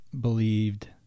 believed